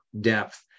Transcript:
depth